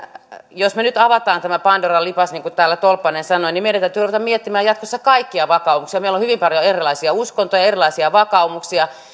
jos me nyt avaamme tämän pandoran lippaan niin kuin täällä tolppanen sanoi niin meidän täytyy ruveta miettimään jatkossa kaikkia vakaumuksia meillä on hyvin paljon erilaisia uskontoja erilaisia vakaumuksia